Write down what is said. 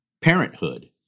parenthood